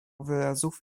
wyrazów